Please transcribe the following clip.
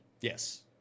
Yes